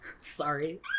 Sorry